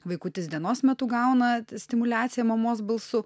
vaikutis dienos metu gauna stimuliaciją mamos balsu